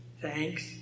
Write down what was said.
thanks